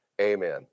amen